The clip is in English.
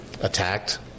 attacked